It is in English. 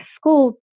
school